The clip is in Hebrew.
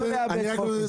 לא לאבד פוקוס.